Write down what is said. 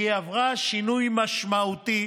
והיא עברה שינוי משמעותי